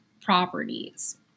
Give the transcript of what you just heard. properties